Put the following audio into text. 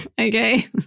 Okay